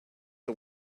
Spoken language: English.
the